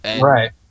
Right